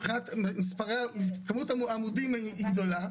אז הדיור הממשלתי מתוך 1,310 מבנים נכון לדקה זאת,